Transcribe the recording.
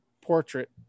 portrait